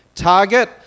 target